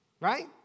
right